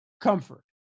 comfort